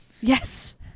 Yes